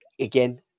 Again